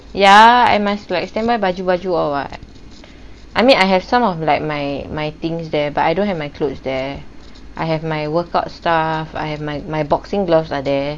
ya I must like spare my baju-baju or what I mean I have some of like my my things there but I don't have my clothes there I have my workout stuff I have my my boxing gloves are there